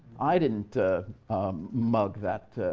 i didn't mug that